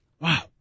Wow